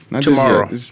tomorrow